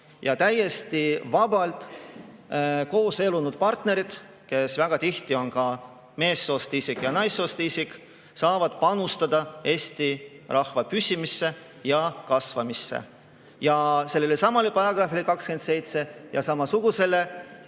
Ja täiesti vabalt kooselupartnerid, kes väga tihti on meessoost ja naissoost isik, saavad panustada Eesti rahva püsimisse ja kasvamisse. Sellelesamale paragrahvile 27 ja samale